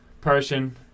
person